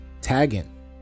Tagging